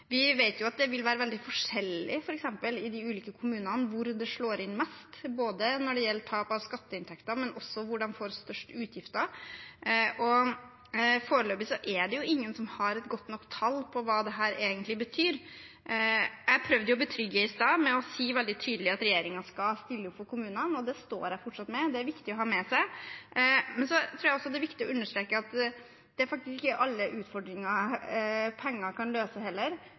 Vi vet at det vil være veldig forskjellig, f.eks., i de ulike kommunene hvor det slår inn mest, både når det gjelder tap av skatteinntekter, og hvor de får størst utgifter. Foreløpig er det ingen som har et godt nok tall på hva dette egentlig betyr. Jeg prøvde å betrygge i stad med å si veldig tydelig at regjeringen skal stille opp for kommunene, og det står jeg fortsatt ved. Det er det viktig å ha med seg. Men så tror jeg også det er viktig å understreke at det faktisk ikke er alle utfordringer penger kan løse.